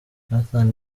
nathan